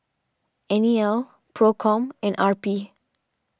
N E L Procom and R P